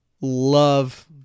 love